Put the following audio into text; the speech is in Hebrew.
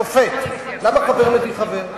שופט, חבר מביא חבר.